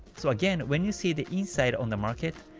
so again, when you see the inside on the market,